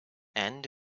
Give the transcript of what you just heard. and